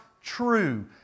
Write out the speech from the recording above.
true